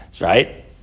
Right